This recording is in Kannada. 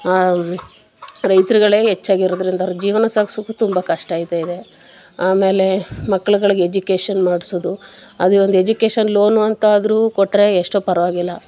ರೈತರುಗಳೇ ಹೆಚ್ಚಾಗಿ ಇರೋದರಿಂದ ಅವ್ರ ಜೀವನ ಸಾಗಿಸೋಕು ತುಂಬ ಕಷ್ಟ ಆಗ್ತಾ ಇದೆ ಆಮೇಲೆ ಮಕ್ಕಳುಗಳಿಗೆ ಎಜುಕೇಷನ್ ಮಾಡಿಸೋದು ಅದು ಒಂದು ಎಜುಕೇಷನ್ ಲೋನು ಅಂತಾದರೂ ಕೊಟ್ಟರೆ ಎಷ್ಟೊ ಪರವಾಗಿಲ್ಲ